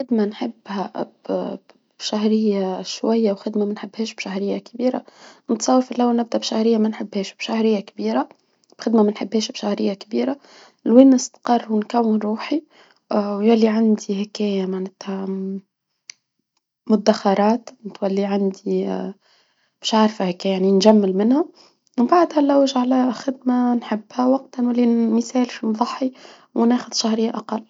قد ما نحب بشهرية شوية وخدمة منحبهاش بشهرية كبيرة بنتصور بشهرية منحبهاش بشهرية كبيرة. خدمة ما نحبهاش بشهرية كبيرة. لوين ما نستقر ونكون روحي. اه ويلي عندي عندي مدخرات منخلي عندي اه مش عارفة هيك يعني نجمل منهم ومن بعد هلا واش على خدمة نحبها وقتها باش نضحي وناخد شهرية اقل.